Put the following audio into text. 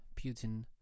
Putin